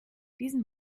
diesen